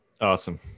awesome